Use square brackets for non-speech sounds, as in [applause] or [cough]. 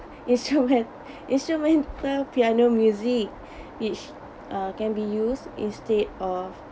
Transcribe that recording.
instrument [laughs] instrumental piano music which uh can be used instead of